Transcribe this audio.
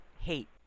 hate